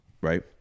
right